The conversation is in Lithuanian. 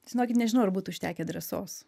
žinokit nežinau ar būtų užtekę drąsos